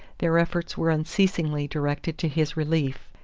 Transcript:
their efforts were unceasingly directed to his relief.